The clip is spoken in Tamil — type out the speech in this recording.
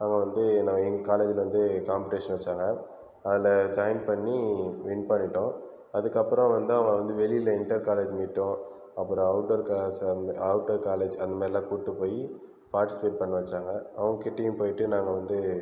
அவங்க வந்து நான் எங்க காலேஜில் வந்து காம்படிஷன் வச்சாங்க அதில் ஜாயின் பண்ணி வின் பண்ணிட்டோம் அதுக்கு அப்புறம் வந்து அவன் வந்து வெளியில் இன்டெர் காலேஜ் மீட்டோ அப்புறம் அவுட்டோர் அவுட்டோர் காலேஜ் அந்த மாதிரிலாம் கூப்பிட்டு போய் பார்ட்டிசிபேட் பண்ண வச்சாங்க அவங்க கிட்டேயும் போய்ட்டு நாங்கள் வந்து